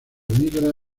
migra